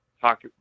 talk